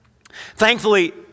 Thankfully